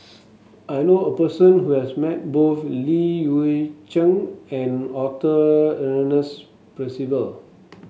I knew a person who has met both Li Hui Cheng and Arthur Ernest Percival